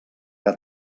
que